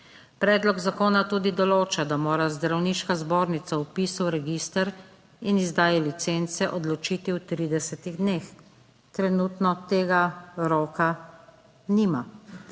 Predlog zakona tudi določa, da mora zdravniška zbornica o vpisu v register in izdaji licence odločiti v 30 dneh, trenutno tega roka nima.